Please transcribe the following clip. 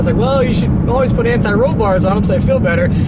like well, you should always put anti-roll bars on em, so they feel better.